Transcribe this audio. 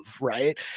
Right